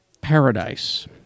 Paradise